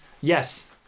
yes